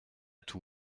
tout